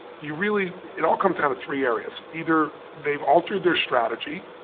you really, it all comes down to three areas. either they've altered their strategy.